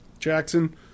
Jackson